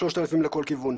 3,000 לכל כיוון.